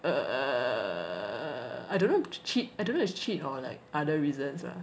err I don't know if cheat I don't know it's cheat or like other reasons lah